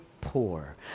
poor